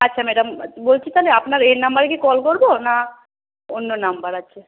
আচ্ছা ম্যাডাম বলছি তাহলে আপনার এই নাম্বারে কি কল করবো না অন্য নাম্বার আছে